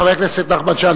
חבר הכנסת נחמן שי,